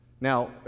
Now